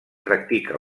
practica